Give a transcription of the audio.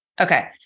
Okay